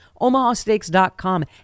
OmahaSteaks.com